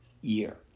year